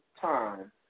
time